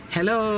Hello